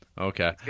Okay